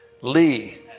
Lee